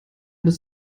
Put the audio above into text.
bis